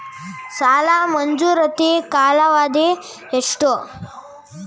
ಸಾಲ ಮಂಜೂರಾತಿ ಕಾಲಾವಧಿ ಎಷ್ಟು?